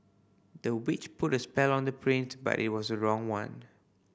the witch put a spell on the print but it was wrong one